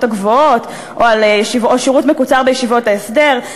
הגבוהות או שירות מקוצר בישיבות ההסדר,